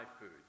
food